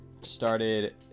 started